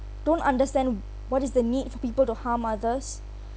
don't understand what is the need for people to harm others